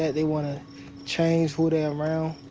they want to change who they around.